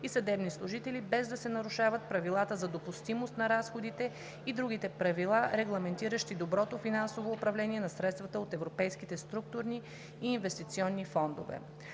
и съдебни служители, без да се нарушават правилата за допустимост на разходите и другите правила, регламентиращи доброто финансово управление на средствата от европейските структурни и инвестиционни фондове.